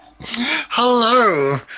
hello